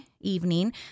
evening